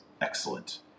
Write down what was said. excellent